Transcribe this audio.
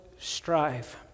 strive